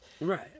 Right